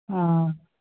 ꯑ